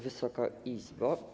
Wysoka Izbo!